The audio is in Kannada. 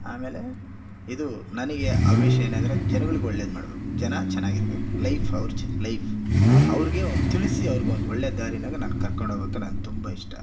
ಆಮೇಲೆ ಇದು ನನಗೆ ಆವ್ವೇಶ ಏನಂದರೆ ಜನಗಳ್ಗೆ ಒಳ್ಳೇದು ಮಾಡಬೇಕು ಜನ ಚೆನ್ನಾಗಿರಬೇಕು ಲೈಫ್ ಅವ್ರ ಚ್ ಲೈಫ್ ಅವರಿಗೆ ಒಂದು ತಿಳಿಸಿ ಅವ್ರ್ಗೊಂದು ಒಳ್ಳೆಯ ದಾರಿನಾಗ ನಾನು ಕರ್ಕೊಂಡು ಹೋಗೊತ್ತು ನಂಗೆ ತುಂಬ ಇಷ್ಟ